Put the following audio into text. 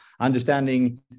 understanding